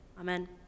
amen